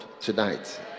tonight